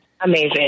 Amazing